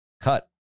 cut